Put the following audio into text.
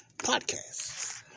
podcast